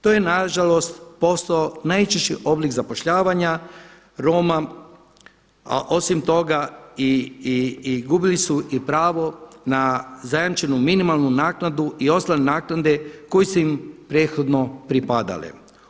To je nažalost postao najčešći oblik zapošljavanja Roma, a osim toga i gubili su i pravo na zajamčenu minimalnu naknadu i ostale naknade koje su im prethodno pripadale.